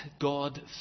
God